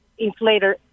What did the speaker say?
inflator